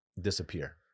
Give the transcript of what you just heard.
disappear